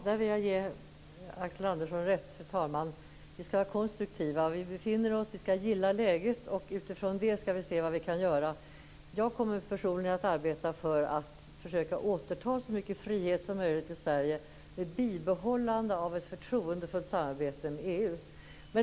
Fru talman! Jag vill ge Axel Andersson rätt i att vi skall vara konstruktiva. Vi skall gilla läget, och utifrån det skall vi se vad vi kan göra. Jag kommer personligen att arbeta för att försöka återta så mycket frihet som möjligt till Sverige med bibehållande av ett förtroendefullt samarbete med EU.